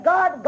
God